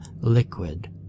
liquid